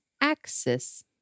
axis